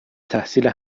تحصیل